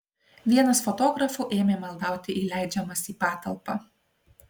vienas fotografų ėmė maldauti įleidžiamas į patalpą